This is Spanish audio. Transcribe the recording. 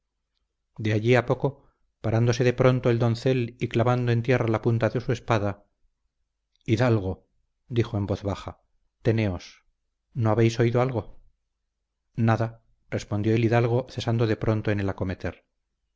de allí a poco parándose de pronto el doncel y clavando en tierra la punta de su espada hidalgo dijo en voz baja teneos no habéis oído algo nada respondió el hidalgo cesando de pronto en el acometer